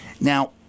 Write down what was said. Now